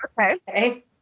Okay